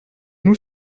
nous